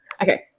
okay